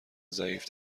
ضعیف